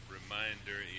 reminder